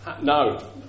No